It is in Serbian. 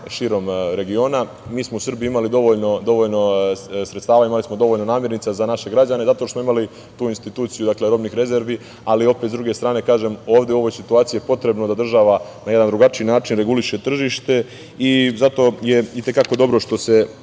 širom regiona. Mi smo u Srbiji imali dovoljno sredstava, imali smo dovoljno namirnica za naše građane, zato što smo imali tu instituciju robnih rezervi. Opet, sa druge strane kažem, ovde u ovoj situaciji je potrebno da država na jedan drugačiji način reguliše tržište i zato je i te kako dobro što se